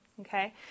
okay